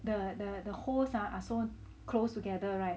the the holes ah are so close together [right]